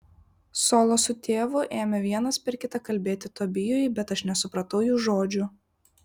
solo su tėvu ėmė vienas per kitą kalbėti tobijui bet aš nesupratau jų žodžių